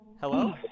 Hello